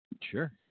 Sure